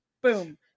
Boom